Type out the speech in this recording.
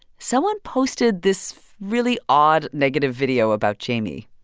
someone posted this really odd, negative video about jamie